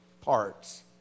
parts